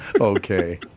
Okay